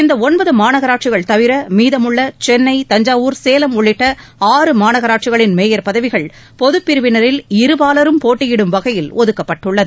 இந்த ஒன்பது மாநகராட்சிகள் தவிர மீதமுள்ள சென்னை தஞ்சாவூர் சேலம் உள்ளிட்ட ஆறு மாநகராட்சிகளின் மேயர் பதவிகள் பொதுப்பிரிவினரில் இருபாலரும் போட்டியிடும் வகையில் ஒதுக்கப்பட்டுள்ளது